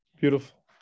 Beautiful